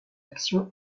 action